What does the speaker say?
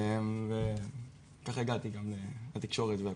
וככה הגעתי, התקשורת והכול.